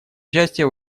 участие